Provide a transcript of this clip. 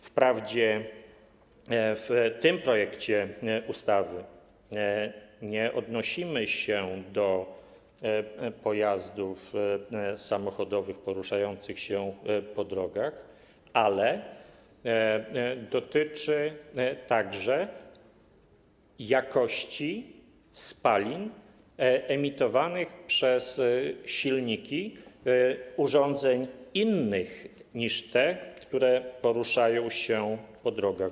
Wprawdzie w tym projekcie ustawy nie odnosimy się do pojazdów samochodowych poruszających się po drogach, ale dotyczy on także jakości spalin emitowanych przez silniki urządzeń innych niż te, które poruszają się po drogach.